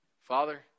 Father